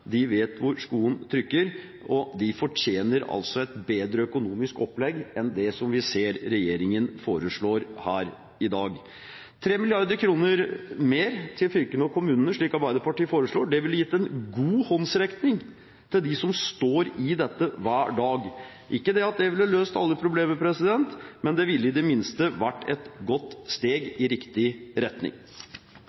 de vet hvor skoen trykker, og de fortjener et bedre økonomisk opplegg enn det som vi ser regjeringen foreslår her i dag. 3 mrd. kr mer til fylkene og kommunene, slik Arbeiderpartiet foreslår, ville gitt en god håndsrekning til dem som står i dette hver dag. Det ville ikke løst alle problemer, men det ville i det minste vært et godt steg